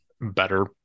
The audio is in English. better